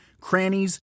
crannies